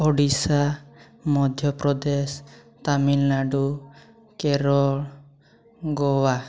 Odisha Madhya Pradesh Tamil Nadu Kerala Goa